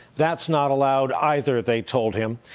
that's not allowed either, they told him.